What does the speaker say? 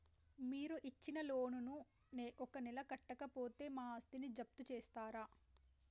మీరు ఇచ్చిన లోన్ ను ఒక నెల కట్టకపోతే మా ఆస్తిని జప్తు చేస్తరా?